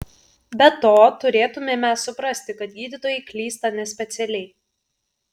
be to turėtumėme suprasti kad gydytojai klysta nespecialiai